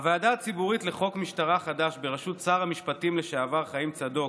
הוועדה הציבורית לחוק משטרה חדש בראשות שר המשפטים לשעבר חיים צדוק,